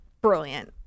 brilliant